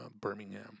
Birmingham